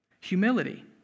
Humility